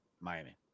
Miami